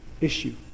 issue